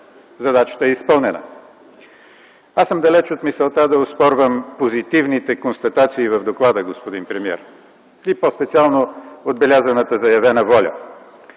задачата е изпълнена. Аз съм далеч от мисълта да оспорвам позитивните констатации в доклада, господин премиер, и по-специално отбелязаната заявена воля,